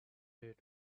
made